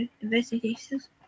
investigations